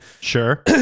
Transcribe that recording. sure